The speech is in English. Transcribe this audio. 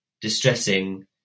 distressing